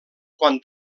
quan